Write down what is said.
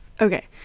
Okay